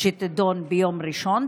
שתידון ביום ראשון.